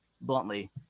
bluntly